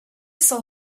saw